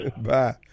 bye